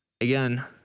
Again